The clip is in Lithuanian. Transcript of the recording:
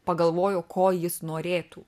pagalvojo ko jis norėtų